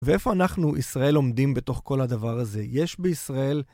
ואיפה אנחנו, ישראל, עומדים בתוך כל הדבר הזה? יש בישראל.